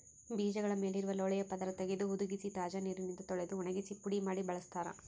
ಬೀಜಗಳ ಮೇಲಿರುವ ಲೋಳೆಯ ಪದರ ತೆಗೆದು ಹುದುಗಿಸಿ ತಾಜಾ ನೀರಿನಿಂದ ತೊಳೆದು ಒಣಗಿಸಿ ಪುಡಿ ಮಾಡಿ ಬಳಸ್ತಾರ